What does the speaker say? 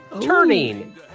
turning